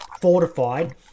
fortified